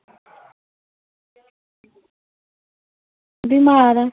बिमार आं